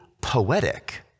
poetic